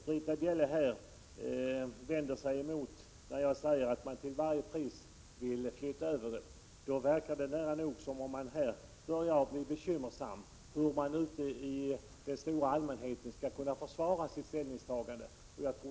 Britta Bjelle vänder sig emot mig när jag säger att man till varje pris vill flytta folkbokföringen från kyrkan. Det verkar som om man inom folkpartiet börjar bli bekymrad över hur man inför den stora allmänheten skall kunna försvara sitt ställningstagande.